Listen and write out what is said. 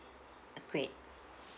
great